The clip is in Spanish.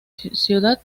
ciudad